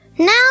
Now